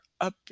up